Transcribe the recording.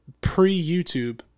pre-youtube